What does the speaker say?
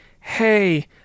hey